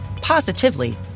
positively